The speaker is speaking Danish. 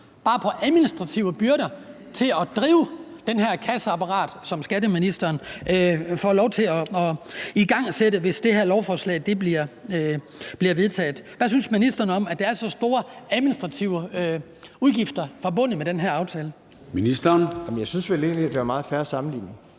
bare på administrative byrder til at drive det her kasseapparat, som skatteministeren får lov til at igangsætte, hvis det her lovforslag bliver vedtaget. Hvad synes ministeren om, at der er så store administrative udgifter forbundet med den her aftale? Kl. 11:29 Formanden (Søren Gade): Ministeren.